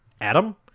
Adam